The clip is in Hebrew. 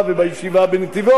גם הוא יצטרף אלינו,